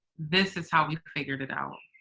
this is how we figured it out.